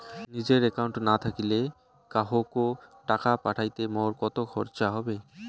নিজের একাউন্ট না থাকিলে কাহকো টাকা পাঠাইতে মোর কতো খরচা হবে?